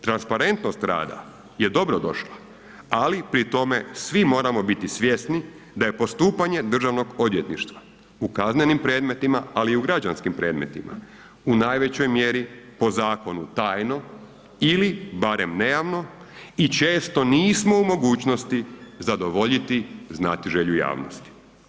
Transparentnost rada je dobrodošla, ali pri tome svi moramo biti svjesni da je postupanje državnog odvjetništva u kaznenim predmetima, ali i u građanskim predmetima u najvećoj mjeri po zakonu tajno ili barem nejavno i često nismo u mogućnosti zadovoljiti znatiželju javnosti.